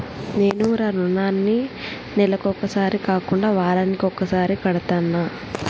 నేను నా రుణాన్ని నెలకొకసారి కాకుండా వారానికోసారి కడ్తన్నా